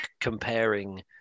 comparing